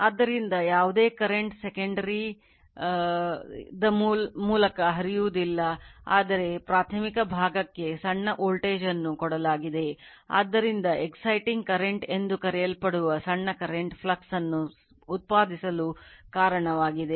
ಆದ್ದರಿಂದ ಯಾವುದೇ current secondary current ಎಂದು ಕರೆಯಲ್ಪಡುವ ಸಣ್ಣಕರೆಂಟ್ ಫ್ಲಕ್ಸ್ ಅನ್ನು ಉತ್ಪಾದಿಸಲು ಕಾರಣವಾಗಿದೆ